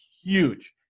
huge